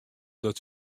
dat